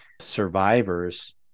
survivors